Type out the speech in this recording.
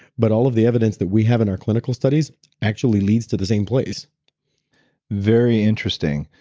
but all of the evidence that we have in our clinical studies actually leads to the same place very interesting.